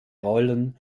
rollen